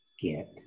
get